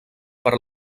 per